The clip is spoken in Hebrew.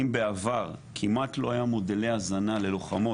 אם בעבר כמעט לא היה מודלי הזנה ללוחמות,